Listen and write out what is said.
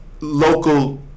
local